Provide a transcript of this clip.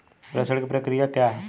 प्रेषण की प्रक्रिया क्या है?